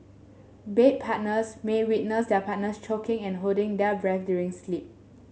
bed partners may witness their partners choking and holding their breath during sleep